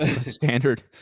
standard